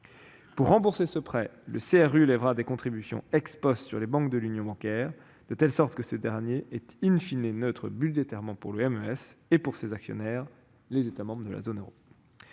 Pour rembourser ce prêt, le CRU lèvera des contributions sur les banques de l'Union bancaire, si bien que celui-ci sera,, neutre budgétairement pour le MES et pour ses actionnaires- les États membres de la zone euro.